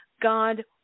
God